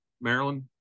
Maryland